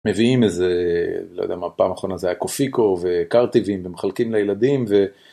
מביאים איזה לא יודע מה פעם האחרונה זה היה קופיקו וקרטיבים ומחלקים לילדים.